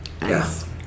Yes